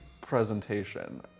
presentation